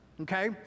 Okay